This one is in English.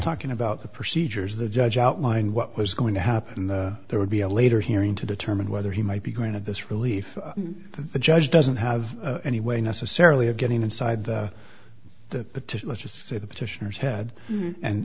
talking about the procedures the judge outlined what was going to happen there would be a later hearing to determine whether he might be granted this relief the judge doesn't have any way necessarily of getting inside the let's just say the petitioners head and